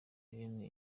eugène